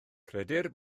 credir